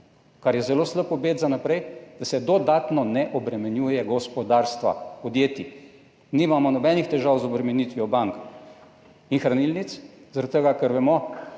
kar je zelo slab obet za naprej, da se dodatno ne obremenjuje gospodarstva, podjetij. Nimamo nobenih težav z obremenitvijo bank in hranilnic zaradi tega,